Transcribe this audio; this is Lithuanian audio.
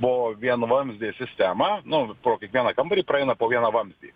buvo vienvamzdė sistema nu po kiekvieną kambarį praeina po vieną vamzdį